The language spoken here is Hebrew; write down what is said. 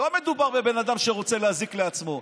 לא מדובר בבן אדם שרוצה להזיק לעצמו.